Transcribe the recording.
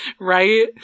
right